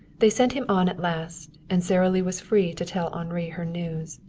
they sent him on at last, and sara lee was free to tell henri her news.